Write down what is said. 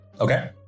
Okay